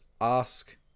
ask